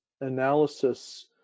analysis